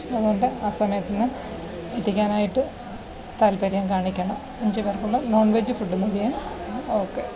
അതുകൊണ്ട് ആ സമയത്തിനു എത്തിക്കാനായിട്ടു താല്പര്യം കാണിക്കണം അഞ്ച് പേർക്കുള്ള നോൺ വെജ് ഫുഡ് മതിയേ ഓക്കെ